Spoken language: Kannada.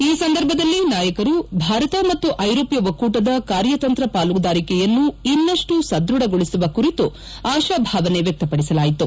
ಈ ಸಂದರ್ಭದಲ್ಲಿ ನಾಯಕರು ಭಾರತ ಮತ್ತು ಐರೋಪ್ಯ ಒಕ್ಕೂಟದ ಕಾರ್ಯತಂತ್ರ ಪಾಲುಗಾರಿಕೆಯನ್ನು ಇನ್ನಷ್ಟು ಸದ್ಬಢಗೊಳಿಸುವ ಕುರಿತು ಆಶಾಭಾವನೆ ವ್ಯಕ್ತಪಡಿಸಲಾಯಿತು